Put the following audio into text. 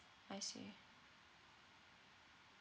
I see